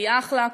היא אחלה,